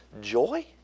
joy